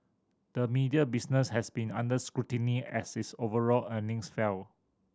the media business has been under scrutiny as its overall earnings fell